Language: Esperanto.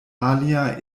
alia